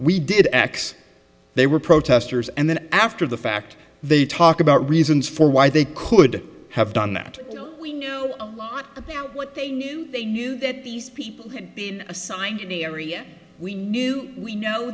we did x they were protesters and then after the fact they talk about reasons for why they could have done that we know not what they knew they knew that these people had been assigned to the area we knew we know